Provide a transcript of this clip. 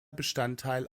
bestandteil